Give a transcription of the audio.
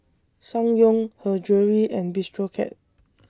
Ssangyong Her Jewellery and Bistro Cat